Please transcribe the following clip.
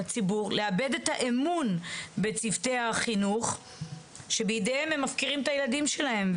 לאבד את האמון בצוותי החינוך שבידיהם הם מפקירים את הילדים שלהם,